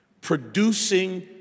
producing